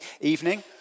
evening